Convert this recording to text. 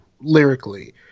lyrically